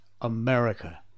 America